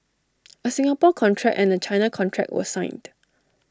A Singapore contract and A China contract were signed